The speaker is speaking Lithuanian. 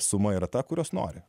suma yra ta kurios nori